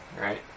right